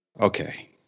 okay